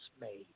made